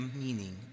meaning